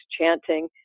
chanting